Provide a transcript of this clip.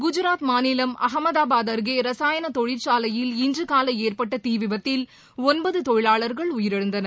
குஜராத் மாநிலம் அகமதாபாத் அருகே ரசாயன தொழில்சாலையில் இன்று காலை ஏற்பட்ட தீ விபத்தில் ஒன்பது தொழிலாளர்கள் உயிரிழந்தனர்